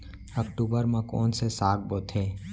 अक्टूबर मा कोन से साग बोथे?